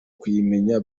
kuyimenya